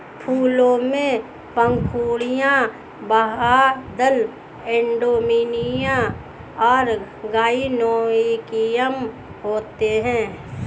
फूलों में पंखुड़ियाँ, बाह्यदल, एंड्रोमियम और गाइनोइकियम होते हैं